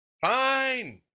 fine